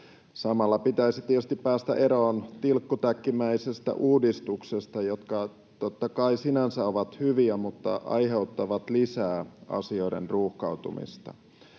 Samalla pitäisi tietysti päästä eroon tilkkutäkkimäisistä uudistuksista, jotka totta kai sinänsä ovat hyviä mutta aiheuttavat lisää asioiden ruuhkautumista.